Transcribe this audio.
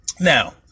Now